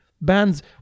bands